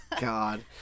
god